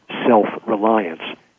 self-reliance